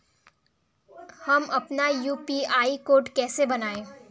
हम अपना UPI code कैसे बनाएँ?